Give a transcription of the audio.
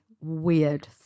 weird